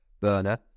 burner